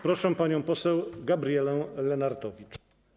Proszę panią poseł Gabrielę Lenartowicz.